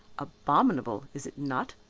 abominable, is it not?